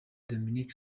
dominique